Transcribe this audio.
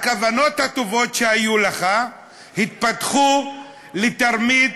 הכוונות הטובות שהיו לך התפתחו לתרמית